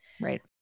Right